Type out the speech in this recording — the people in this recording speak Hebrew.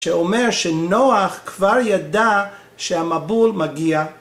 שאומר שנוח כבר ידע שהמבול מגיע.